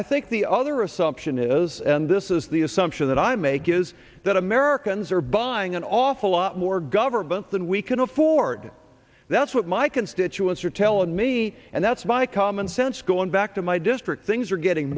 think the other assumption is and this is the assumption that i make is that americans are buying an awful lot more government than we can afford that's what my constituents are telling me and that's by common sense going back to my district things are getting